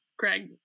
Greg